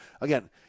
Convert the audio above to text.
again